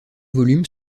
volume